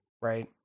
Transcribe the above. right